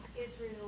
Israel